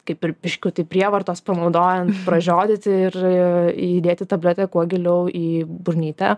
kaip ir biškutį prievartos panaudojant pražiodyti ir įdėti tabletę kuo giliau į burnytę